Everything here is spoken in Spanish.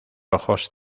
ojos